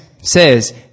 says